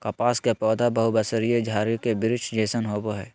कपास के पौधा बहुवर्षीय झारी के वृक्ष जैसन होबो हइ